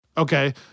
Okay